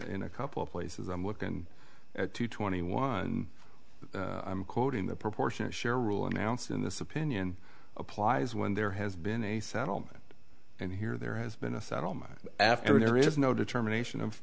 in a couple of places i'm looking at two twenty one i'm quoting the proportionate share rule announced in this opinion applies when there has been a settlement and here there has been a settlement after there is no determination of